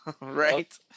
Right